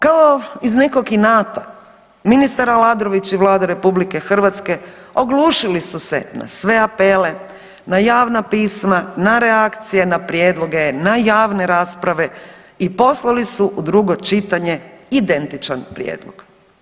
Kao iz nekog inata ministar Aladrović i Vlada RH oglušili su se na sve apele, na javna pisma, na reakcije, na prijedloge, na javne rasprave i poslali su u drugo čitanje identičan prijedlog.